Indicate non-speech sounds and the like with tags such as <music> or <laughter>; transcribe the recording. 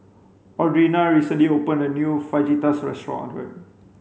Audrina recently opened a new Fajitas <unintelligible>